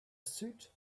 suit